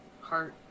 Heart